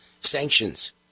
sanctions